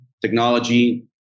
technology